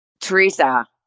Teresa